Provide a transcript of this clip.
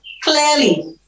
clearly